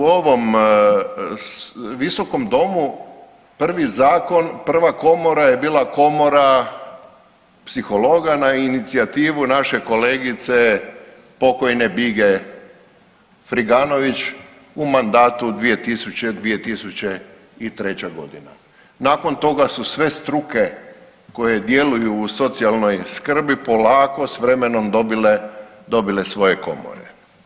U ovom, u ovom visokom domu prvi zakon, prva komora je bila komora psihologa na inicijativu naše kolegice pokojne Bige Friganović u mandatu 2000.-2003.g., nakon toga su sve struke koje djeluju u socijalnoj skrbi polako s vremenom dobile, dobile svoje komore.